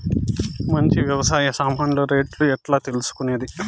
మంచి వ్యవసాయ సామాన్లు రేట్లు ఎట్లా తెలుసుకునేది?